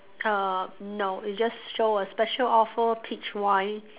uh no it just show a special offer peach wine